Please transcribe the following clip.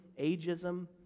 ageism